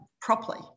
properly